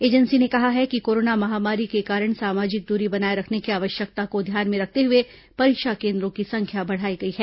agency ने कहा है कि कोरोना महामारी के कारण सामाजिक दूरी बनाए रखने की आवश्यकता को ध्यान में रखते हुए परीक्षा केन्द्रों की संख्या बढ़ाई गई है